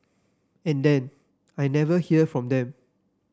and then I never hear from them